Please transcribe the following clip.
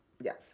Yes